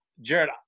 Jared